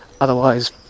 otherwise